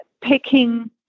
picking